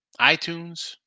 iTunes